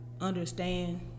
understand